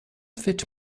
fit